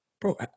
Bro